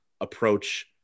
approach